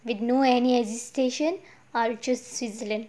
with no any hesitation err just switzerland